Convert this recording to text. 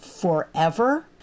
forever